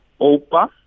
Opa